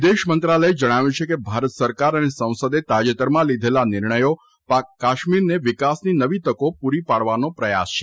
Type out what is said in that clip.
વિદેશમંત્રાલયે જણાવ્યું છે કે ભારત સરકાર અને સંસદે તાજેતરમાં લીધેલા નિર્ણયો કાશ્મીરને વિકાસની નવી તકો પુરી પાડવાનો પ્રયાસ છે